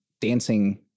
Dancing